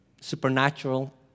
Supernatural